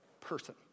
person